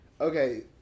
Okay